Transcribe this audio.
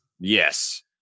Yes